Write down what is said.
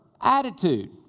attitude